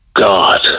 God